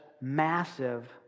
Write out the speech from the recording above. massive